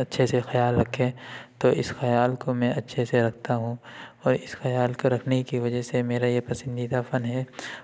اچھے سے خیال رکھے تو اس خیال کو میں اچھے سے رکھتا ہوں اور اس خیال کو رکھنے کی وجہ سے میرا یہ پسندیدہ فن ہے